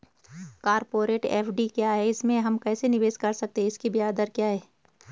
Corporate FD क्या है इसमें हम कैसे निवेश कर सकते हैं इसकी ब्याज दर क्या है?